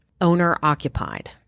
owner-occupied